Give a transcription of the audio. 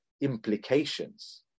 implications